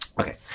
okay